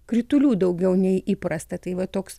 kritulių daugiau nei įprasta tai va toks